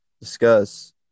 discuss